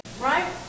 right